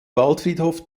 waldfriedhof